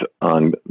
on